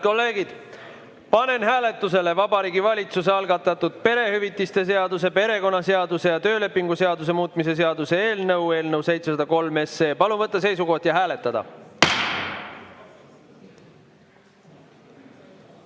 kolleegid, panen hääletusele Vabariigi Valitsuse algatatud perehüvitiste seaduse, perekonnaseaduse ja töölepingu seaduse muutmise seaduse eelnõu 703. Palun võtta seisukoht ja hääletada!